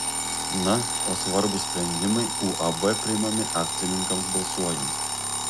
na o svarbūs sprendimai uab priimami akcininkams balsuojant